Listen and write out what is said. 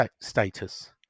status